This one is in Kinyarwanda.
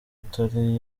atari